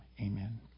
amen